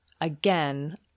again